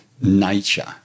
Nature